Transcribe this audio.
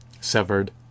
severed